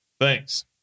Thanks